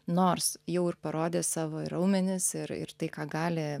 nors jau ir parodė savo ir raumenis ir ir tai ką gali